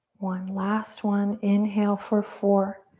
one. last one. inhale for four,